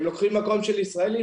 הם לוקחים מקום של ישראלים,